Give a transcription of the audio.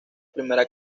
primera